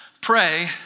Pray